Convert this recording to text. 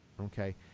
Okay